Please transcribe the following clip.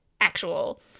actual